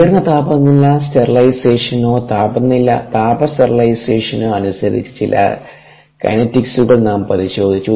ഉയർന്ന താപനില സ്റ്റേറിലൈസേഷനോ താപ സ്റ്റേറിലൈസേഷനോ അനുസരിച്ച് ചില കൈനേറ്റിക്സുകൾ നാം പരിശോധിച്ചു